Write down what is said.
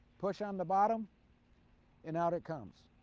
push on the bottom and out it comes.